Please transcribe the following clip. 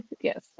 Yes